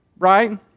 Right